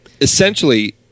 Essentially